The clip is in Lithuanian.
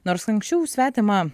nors anksčiau už svetimą